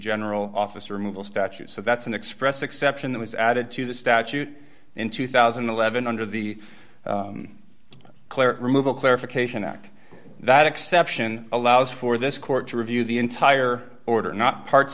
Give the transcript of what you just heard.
general officer removal statute so that's an express exception that was added to the statute in two thousand and eleven under the clear removal clarification act that exception allows for this court to review the entire order not parts